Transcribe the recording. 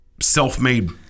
self-made